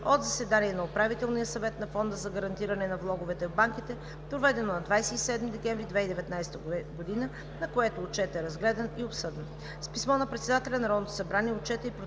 от заседание на Управителния съвет на Фонда за гарантиране на влоговете в банките, проведено на 27 декември 2019 г., на което Отчетът е разгледан и обсъден. С писмо на председателя на Народното събрание Отчетът и Протоколът